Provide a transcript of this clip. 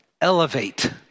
Elevate